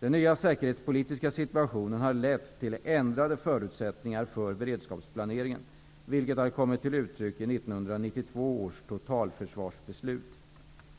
Den nya säkerhetspolitiska situationen har lett till ändrade förutsättningar för beredskapsplaneringen, vilket har kommit till uttryck i 1992 års totalförsvarsbeslut.